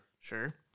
Sure